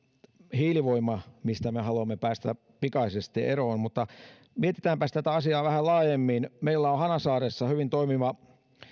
hiilivoiman mistä me haluamme päästä pikaisesti eroon mutta mietitäänpäs tätä asiaa vähän laajemmin meillä on hanasaaressa hyvin toimiva